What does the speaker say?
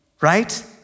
right